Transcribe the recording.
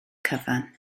cyfan